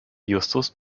justus